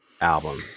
album